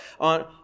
on